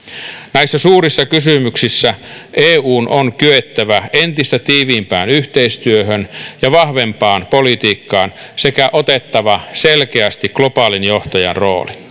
näissä suurissa kysymyksissä eun on kyettävä entistä tiiviimpään yhteistyöhön ja vahvempaan politiikkaan sekä otettava selkeästi globaalin johtajan rooli